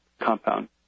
compound